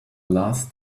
last